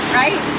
right